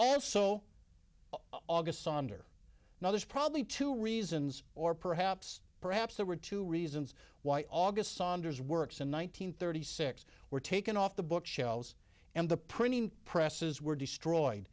also august sonder now there's probably two reasons or perhaps perhaps there were two reasons why august saunders works in one nine hundred thirty six were taken off the books shelves and the printing presses were destroyed